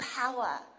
power